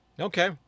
Okay